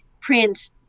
print